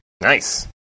Nice